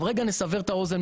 רגע לסבר את האוזן,